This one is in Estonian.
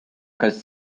kas